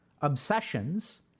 obsessions